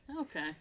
Okay